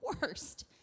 worst